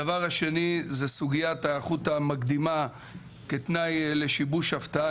הדבר השני זה סוגיית ההיערכות המקדימה כתנאי לשיבוש הפתעה.